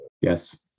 yes